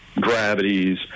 gravities